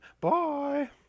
bye